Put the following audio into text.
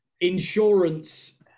insurance